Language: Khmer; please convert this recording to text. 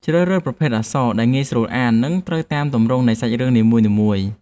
ជ្រើសរើសប្រភេទអក្សរដែលងាយស្រួលអាន និង ត្រូវតាមទម្រង់នៃសាច់រឿងនីមួយៗ។